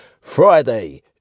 Friday